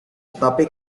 tetapi